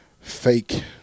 fake